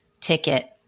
ticket